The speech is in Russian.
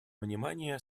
внимание